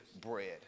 bread